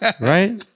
Right